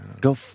Go